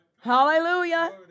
Hallelujah